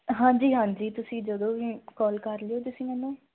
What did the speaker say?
ਹਾਂਜੀ ਹਾਂਜੀ ਤੁਸੀਂ ਜਦੋਂ ਵੀ ਕੋਲ ਕਰ ਲਿਓ ਤੁਸੀਂ ਮੈਨੂੰ